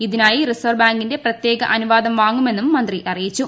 ഇതിനായി റിസർവ്വ് ബാങ്കിന്റെ പ്രത്യേക അനുവാദം വാങ്ങുമെന്നും മന്ത്രി അറിയിച്ചു